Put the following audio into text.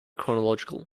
chronological